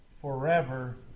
forever